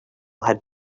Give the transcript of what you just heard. had